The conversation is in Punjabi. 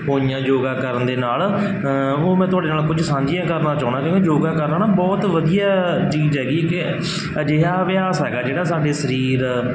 ਹੋਈਆਂ ਯੋਗਾ ਕਰਨ ਦੇ ਨਾਲ ਉਹ ਮੈਂ ਤੁਹਾਡੇ ਨਾਲ ਕੁਝ ਸਾਂਝੀਆਂ ਕਰਨਾ ਚਾਹੁੰਦਾ ਕਿਉਂਕਿ ਯੋਗਾ ਕਰਨਾ ਨਾ ਬਹੁਤ ਵਧੀਆ ਚੀਜ਼ ਹੈਗੀ ਇੱਕ ਅਜਿਹਾ ਅਭਿਆਸ ਹੈਗਾ ਜਿਹੜਾ ਸਾਡੇ ਸਰੀਰ